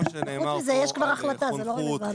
חוץ מזה יש כבר החלטה, זה לא רלוונטי.